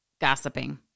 gossiping